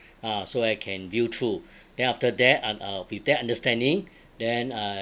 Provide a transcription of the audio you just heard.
ah so I can view through then after that and uh with that understanding then uh